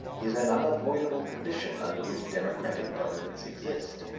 is an unavoidable condition under which democratic governments exist.